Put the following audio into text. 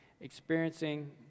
experiencing